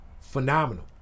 phenomenal